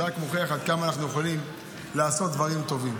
זה רק מוכיח עד כמה אנחנו יכולים לעשות חוקים טובים.